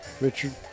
Richard